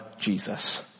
Jesus